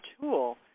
tool